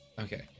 Okay